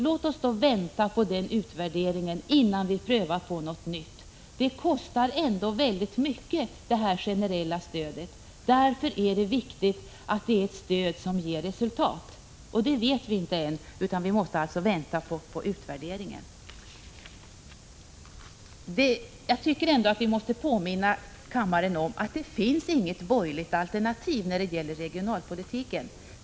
Låt oss invänta den utvärderingen innan vi prövar på något annat! Det generella stödet kostar ändå väldigt mycket. Därför är det viktigt att vi vet att det är ett stöd som ger resultat innan vi satsar på det. Det vet vi ännu inte — vi måste alltså vänta på utvärderingen. Jag tycker också att jag måste påminna kammaren om att det inte finns något borgerligt alternativ när det gäller regionalpolitiken.